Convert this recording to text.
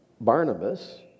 Barnabas